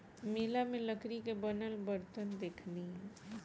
मेला में लकड़ी के बनल बरतन देखनी